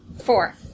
four